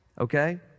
okay